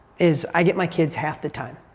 is i get my kids half the time.